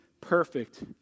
perfect